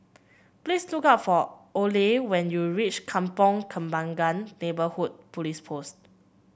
please look for Oley when you reach Kampong Kembangan Neighbourhood Police Post